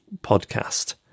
podcast